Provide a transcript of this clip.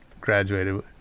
graduated